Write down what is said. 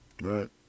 Right